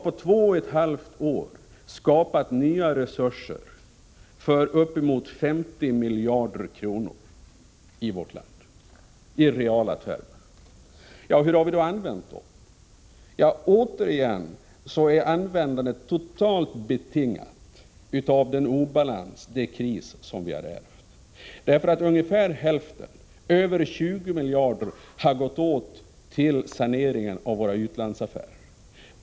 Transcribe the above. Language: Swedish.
På två och ett halvt år har vi i vårt land i reala termer skapat nya resurser för uppemot 50 miljarder kronor. Hur har vi då använt resurserna? Återigen kan man säga att användandet är totalt betingat av den obalans, den kris, som vi har ärvt. Ungefär hälften, över 20 miljarder kronor, har gått åt till planeringen av våra utlandsaffärer.